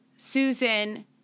Susan